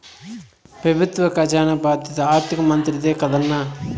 పెబుత్వ కజానా బాధ్యత ఆర్థిక మంత్రిదే కదన్నా